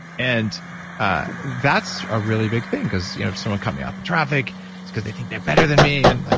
and ah that's a really big thing because you know someone coming off a traffic, it's because they think they're better than me, and like,